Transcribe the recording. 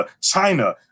China